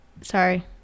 Sorry